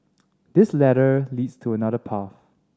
this ladder leads to another path